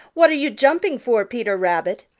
what are you jumping for, peter rabbit?